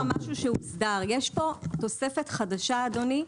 זה כבר משהו שהוסבר: יש פה תוספת חדשה, אדוני.